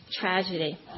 tragedy